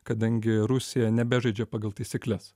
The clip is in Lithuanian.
kadangi rusija nebežaidžia pagal taisykles